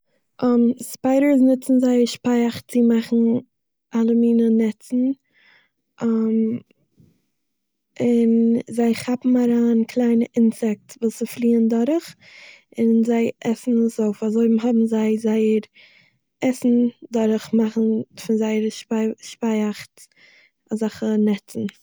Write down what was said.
ספיידערס נוצן זייער שפייעכטס צו מאכן אלע מינע נעצן און זיי כאפן אריין קליינע אינסעיקטס וואס ס'פליען דורך און זיי עסן עס אויף אזוי האבן זיי זייער עסן דורך מאכן פון זייער שפייעכטס אזעכע נעצן.